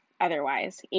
otherwise